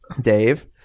Dave